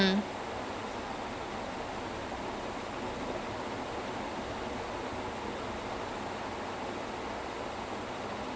like chess leh வந்து:vanthu you now how they save like மூனோ:moono three or four steps ahead ஆனா இவன் வந்து ஒரு:aanaa vanthu oru but he'll at least நூறு:nooru steps ahead